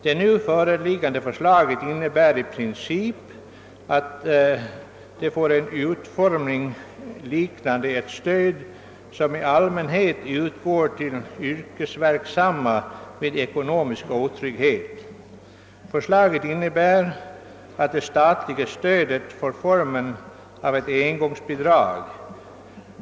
Det föreliggande förslaget innebär i princip att det statliga stödet får en utformning liknande det som i allmänhet utgår till yrkesverksamma vid ekonomisk otrygghet, alltså ett engångsbidrag.